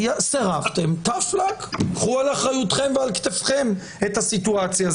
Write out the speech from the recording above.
סירבתם קחו על אחריותכם ועל כתפיכם את הסיטואציה.